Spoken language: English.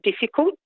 difficult